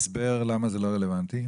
הסבר למה זה לא רלוונטי.